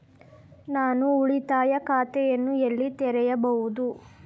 ನಾನು ಉಳಿತಾಯ ಖಾತೆಯನ್ನು ಎಲ್ಲಿ ತೆರೆಯಬಹುದು?